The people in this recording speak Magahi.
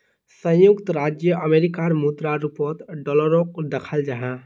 संयुक्त राज्य अमेरिकार मुद्रा रूपोत डॉलरोक दखाल जाहा